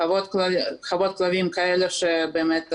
חוות כלבים כאלה שבאמת,